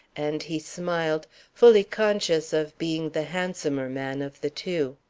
and he smiled, fully conscious of being the handsomer man of the two.